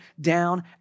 down